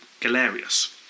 Galerius